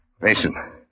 Mason